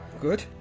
Good